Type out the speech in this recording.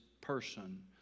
person